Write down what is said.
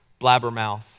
blabbermouth